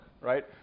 right